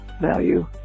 value